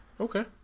Okay